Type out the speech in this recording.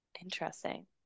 Interesting